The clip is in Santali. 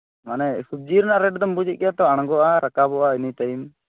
ᱢᱟᱱᱮ ᱥᱚᱵᱡᱤ ᱨᱮᱱᱟᱜ ᱨᱮᱴ ᱫᱚᱢ ᱵᱩᱡᱮᱫ ᱜᱮᱭᱟ ᱛᱚ ᱟᱬᱜᱚᱜᱼᱟ ᱨᱟᱠᱟᱵᱚᱜᱼᱟ ᱮᱱᱤᱴᱟᱭᱤᱢ